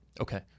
Okay